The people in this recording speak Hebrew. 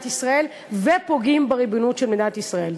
ישראל ופוגעים בריבונות של מדינת ישראל.